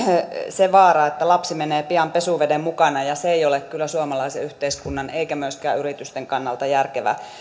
se vaara että lapsi menee pian pesuveden mukana ja se ei ole kyllä suomalaisen yhteiskunnan eikä myöskään yritysten kannalta järkevää